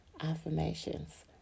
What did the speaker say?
affirmations